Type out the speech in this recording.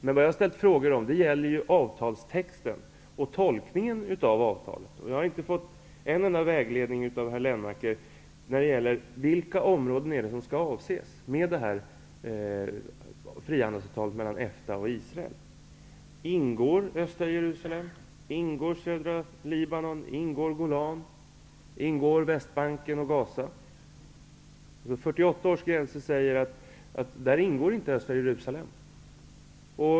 Men vad jag har ställt frågor om gäller avtalstexten och tolkningen av avtalet. Jag har inte fått en enda vägledning av herr Lennmarker när det gäller vilka områden som skall avses med frihandelsavtalet mellan EFTA och Israel. Ingår östra Jerusalem, södra Libanon, Golanhöjderna, Västbanken och Gaza? Enligt 1948 års gränser ingår inte ens östra Jerusalem.